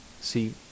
See